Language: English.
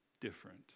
different